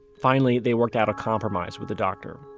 finally, they worked out a compromise with the doctor.